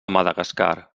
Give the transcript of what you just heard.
madagascar